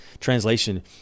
translation